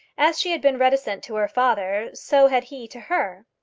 as she had been reticent to her father so had he to her.